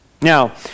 Now